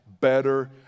better